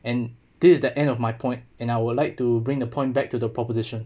and this is the end of my point and I would like to bring the point back to the proposition